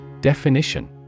Definition